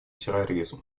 терроризм